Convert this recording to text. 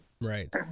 Right